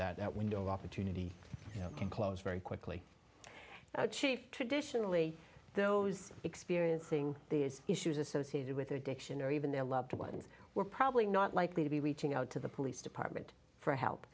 n that window of opportunity can close very quickly chief traditionally those experiencing these issues associated with addiction or even their loved ones we're probably not likely to be reaching out to the police department for help